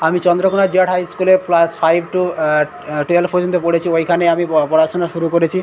আমি চন্দ্রকোণা জিরাট হাইস্কুলে class five to twelve পর্যন্ত পড়েছি ওইখানে আমি পড়াশোনা শুরু করেছি